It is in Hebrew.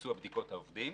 לביצוע בדיקות העובדים.